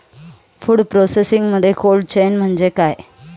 Food प्रोसेसिंगमध्ये cold chain म्हणजे काय?